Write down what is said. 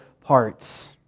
parts